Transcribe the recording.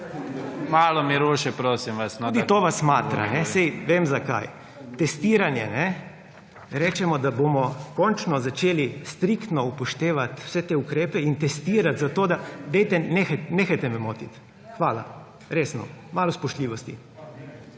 SMC): Tudi to vas matra, saj vem, zakaj. Testiranje. Rečemo, da bomo končno začeli striktno upoštevati vse te ukrepe in testirati, zato da … Nehajte me motiti. Hvala. Resno. Malo spoštljivosti.